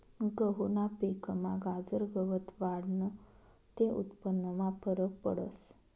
गहूना पिकमा गाजर गवत वाढनं ते उत्पन्नमा फरक पडस